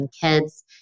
kids